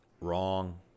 wrong